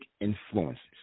influences